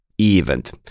event